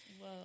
Whoa